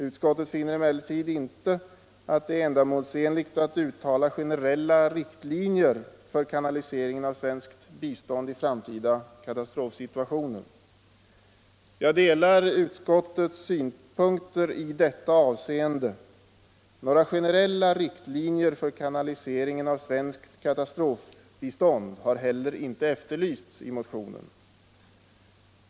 Utskottet finner emellertid inte att det är ändamålsenligt att uttala generella riktlinjer för kanaliseringen av svenskt bistånd i framtida katastrofsituationer. Jag delar utskottets synpunkter i detta avseende — några generella riktlinjer för kanaliseringen av svenskt katastrofbistånd har heller inte efterlysts i motionen.